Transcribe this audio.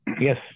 Yes